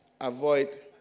avoid